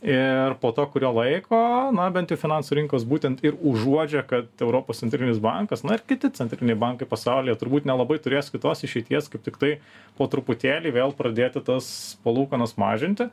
ir po to kurio laiko na bent jau finansų rinkos būtent ir užuodžia kad europos centrinis bankas na ir kiti centriniai bankai pasaulyje turbūt nelabai turės kitos išeities kaip tiktai po truputėlį vėl pradėti tas palūkanas mažinti